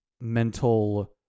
mental